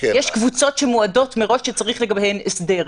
יש קבוצות שמועדות מראש שצריך לגביהם הסדר,